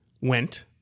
went